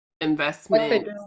investment